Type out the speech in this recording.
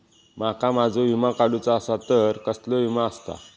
माका माझो विमा काडुचो असा तर कसलो विमा आस्ता?